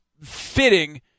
fitting